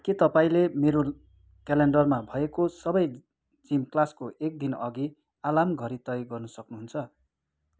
के तपाईँले मेरो क्यालेन्डरमा भएको सबै जिम क्लासको एक दिनअघि अलार्म घडी तय गर्न सक्नुहुन्छ